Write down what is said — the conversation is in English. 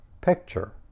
picture